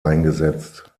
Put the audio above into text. eingesetzt